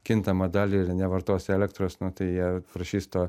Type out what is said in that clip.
kintamą dalį ir nevartos elektros nu tai jie prašys to